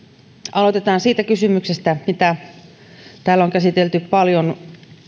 aloitetaan siitä kysymyksestä mitä täällä on käsitelty paljon